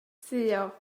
suo